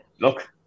look